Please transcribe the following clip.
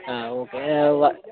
ആ ഓക്കെ വ